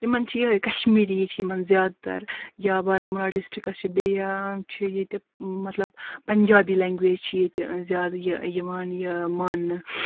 یِمَن چھِ یِہے کَشمیٖریی چھِ یِمَن زیادٕ تَر یا بارہمُلہ ڈِسٹرکَس چھِ بیٚیہِ چھُ ییٚتہِ مَطلَب پَنجابی لینٛگویج چھِ ییٚتہِ زیادٕ یہِ یِوان یہِ ماننہٕ